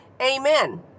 Amen